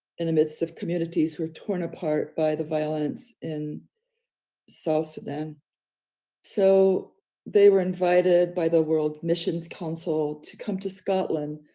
in the midst of communities were torn apart by the violence in south sudan. and so they were invited by the world missions council to come to scotland,